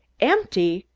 empty?